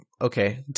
okay